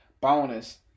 bonus